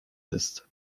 ist